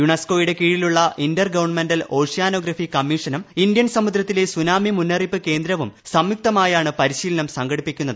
യുണെസ്കോയുടെ കീഴിലുള്ള inter governmental oceanography കമ്മീഷനും Indian സമുദ്രത്തിലെ സുനാമി മുന്നറിയിപ്പ് കേന്ദ്രവും സംയുക്തമായാണ് പരിശീലനം സംഘടിപ്പിക്കുന്നത്